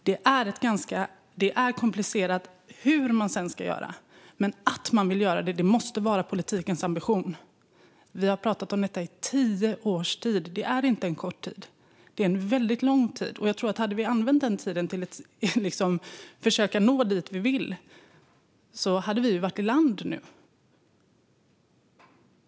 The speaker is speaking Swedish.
Det är komplicerat hur man sedan ska göra. Men att man vill göra det måste vara politikens ambition. Vi har talat om detta i tio års tid. Det är inte en kort tid, utan det är en mycket lång tid. Om vi hade använt denna tid för att försöka nå dit vi vill hade vi varit i land nu.